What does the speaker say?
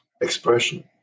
expression